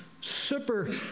super